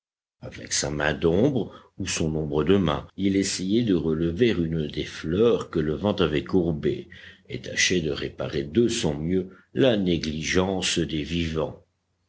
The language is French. avec sa main d'ombre ou son ombre de main il essayait de relever une des fleurs que le vent avait courbée et tâchait de réparer de son mieux la négligence des vivants